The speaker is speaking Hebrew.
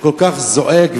שכל כך זועק,